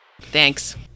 Thanks